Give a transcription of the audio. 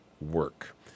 work